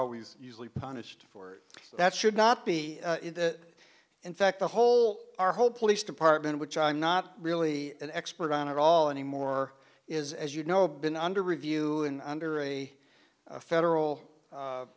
always usually punished for it that should not be that in fact the whole our whole police department which i'm not really an expert on at all anymore is as you know been under review and under a federal